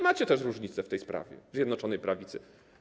Macie też różnice w tej sprawie w Zjednoczonej Prawicy.